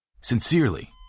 sincerely